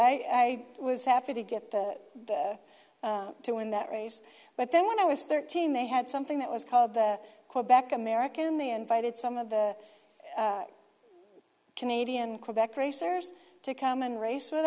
i was happy to get to win that race but then when i was thirteen they had something that was called the quebec american they invited some of the canadian quebec racers to come and race with